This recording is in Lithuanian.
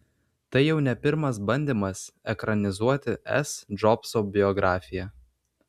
tai jau ne pirmas bandymas ekranizuoti s džobso biografiją